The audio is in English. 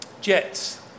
Jets